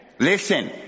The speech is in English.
Listen